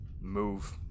move